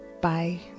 Bye